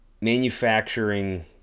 manufacturing